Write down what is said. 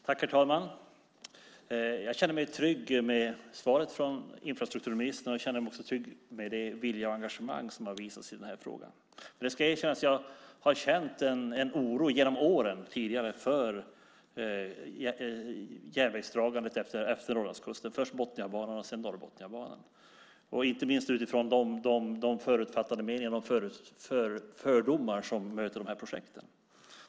Herr talman! Jag känner mig trygg med svaret från infrastrukturministern, och jag känner mig också trygg med den vilja och det engagemang som har visats i denna fråga. Jag ska erkänna att jag tidigare har känt en oro genom åren för dragningen av järnvägen utefter Norrlandskusten, först när det gällde Botniabanan och sedan Norrbotniabanan, inte minst utifrån de förutfattade meningar och fördomar som möter dessa projekt.